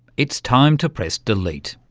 it's time to press delete.